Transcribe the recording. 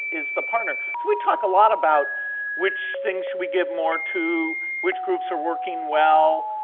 is the partner, so we talk a lot about which things should we give more to, which groups are working well?